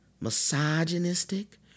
misogynistic